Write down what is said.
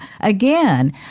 again